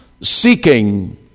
seeking